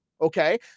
okay